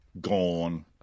Gone